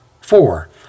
Four